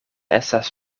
estas